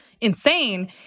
insane